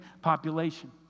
population